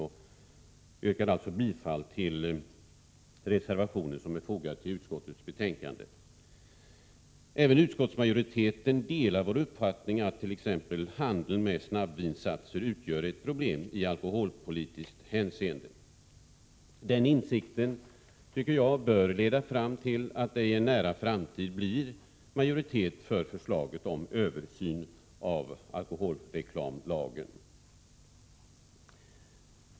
Jag yrkar således bifall till reservationen, som är fogad till utskottets betänkande. Även utskottsmajoriteten delar vår uppfattning att t.ex. handel med snabbvinsatser utgör ett problem i alkoholpolitiskt hänseende. Den insikten tycker jag bör leda fram till att det i en nära framtid blir majoritet för förslaget om översyn av alkoholreklamlagen.